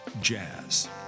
jazz